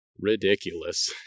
Ridiculous